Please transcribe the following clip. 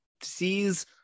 sees